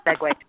segue